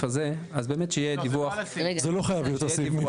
הזה באמת שיהיה דיווח --- זה לא חייב להיות על הסעיף.